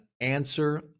answer